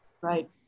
right